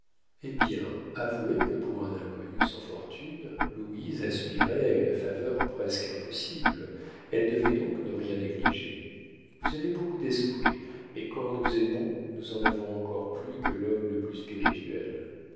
eh bien avouez que pour un inconnu sans fortune louise aspirait à une faveur presque impossible elle devait donc ne rien négliger vous avez beaucoup d'esprit mais quand nous aimons nous en avons encore plus que l'homme le plus spirituel